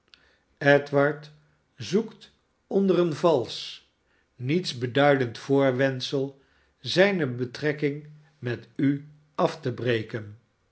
edward zoekt onder een valsch nietsbeduidend voorwendsel zijne betrekking met u af te breken